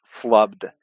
flubbed